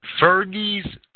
Fergie's